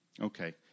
Okay